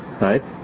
right